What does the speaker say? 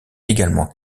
également